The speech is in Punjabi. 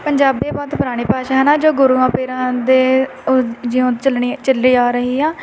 ਪੰਜਾਬੀ ਬਹੁਤ ਪੁਰਾਣੇ ਭਾਸ਼ਾ ਨਾ ਜੋ ਗੁਰੂਆਂ ਪੀਰਾਂ ਦੇ ਜਿਉ ਚੱਲਣੇ ਚੱਲੇ ਆ ਰਹੀ ਆ ਅਤੇ